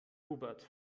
hubert